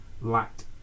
lacked